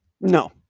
No